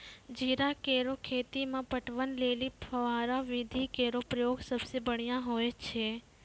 जीरा केरो खेती म पटवन लेलि फव्वारा विधि केरो प्रयोग सबसें बढ़ियां होय छै